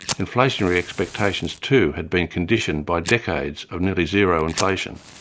inflationary expectations too had been conditioned by decades of nearly zero inflation,